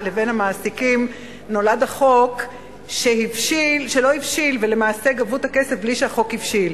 המעסיקים נולד החוק שלא הבשיל ולמעשה גבו את הכסף מבלי שהחוק הבשיל.